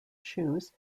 choose